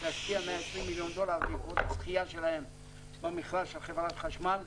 להשקיע 120 מיליון דולר בעקבות הזכייה שלהם במכרז של חברת חשמל.